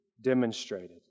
demonstrated